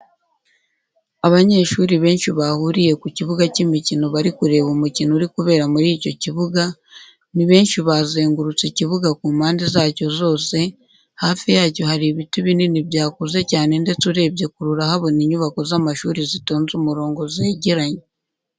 Abanyeshuri benshi bahuriye ku kibuga cy'imikino bari kureba umukino uri kubera muri icyo kibuga, ni benshi bazengurutse ikibuga ku mpande zacyo zose, hafi yacyo hari ibiti binini byakuze cyane ndetse urebye kure urahabona inyubako z'amashuri zitonze umurongo zegeranye.